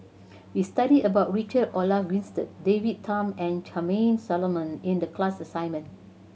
we studied about Richard Olaf Winstedt David Tham and Charmaine Solomon in the class assignment